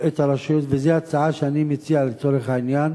את הרשות, וזו הצעה שאני מציע לצורך העניין,